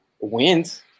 wins